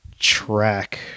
track